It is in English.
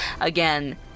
again